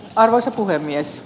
arvoisa puhemies